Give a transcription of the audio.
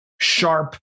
sharp